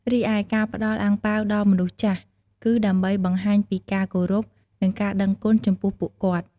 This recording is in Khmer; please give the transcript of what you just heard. រីឯការផ្ដល់អាំងប៉ាវដល់មនុស្សចាស់ គឺដើម្បីបង្ហាញពីការគោរព និងការដឹងគុណចំពោះពួកគាត់។